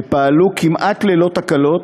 שפעלו כמעט ללא תקלות,